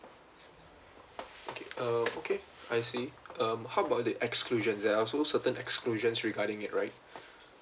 okay err okay I see um how about the exclusions there are also certain exclusions regarding it right